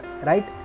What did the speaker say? right